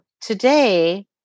today